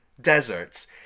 deserts